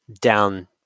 down